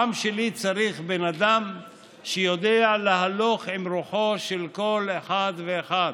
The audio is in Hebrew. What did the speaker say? העם שלי צריך בן אדם שיודע להלוך עם רוחו של כל אחד ואחד,